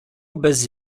bez